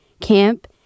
camp